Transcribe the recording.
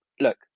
look